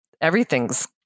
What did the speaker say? everything's